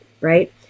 right